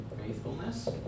faithfulness